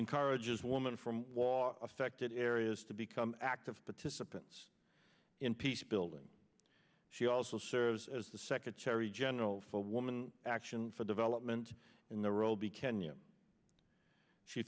encourages woman from law affected areas to become active participants in peace building she also serves as the secretary general for woman action for development in the role be kenya she